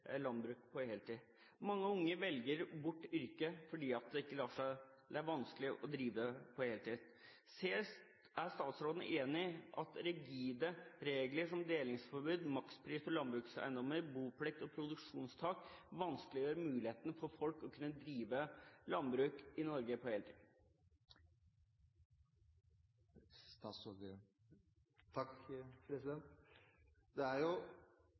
landbruk på heltid. Mange unge velger bort yrket fordi det er vanskelig å drive på heltid. Er statsråden enig i at rigide regler som delingsforbud, makspris på landbrukseiendommer, boplikt og produksjonstak vanskeliggjør muligheten for folk til å kunne drive landbruk i Norge på heltid? I norsk jordbruk i dag er det over 50 000 årsverk. Det er